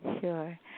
Sure